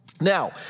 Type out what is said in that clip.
Now